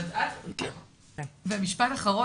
ומשפט אחרון,